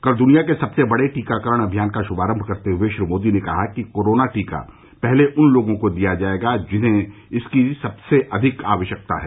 कल दृनिया के सबसे बड़े टीकाकरण अभियान का श्मारम करते हए श्री मोदी ने कहा कि कोरोना टीका पहले उन लोगों को दिया जाएगा जिन्हें इसकी सबसे अधिक आवश्यकता है